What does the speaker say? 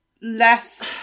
less